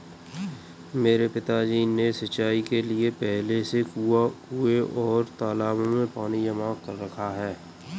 मेरे पिताजी ने सिंचाई के लिए पहले से कुंए और तालाबों में पानी जमा कर रखा है